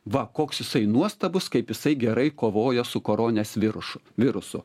va koks jisai nuostabus kaip jisai gerai kovoja su koronės virušu virusu